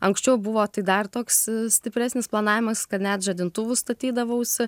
anksčiau buvo tai dar toks stipresnis planavimas kad net žadintuvus statydavausi